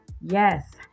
yes